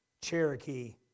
Cherokee